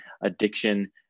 addiction